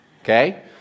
Okay